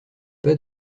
pas